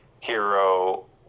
hero